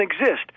exist